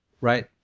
right